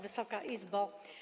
Wysoka Izbo!